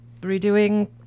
redoing